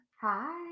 Hi